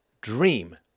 dream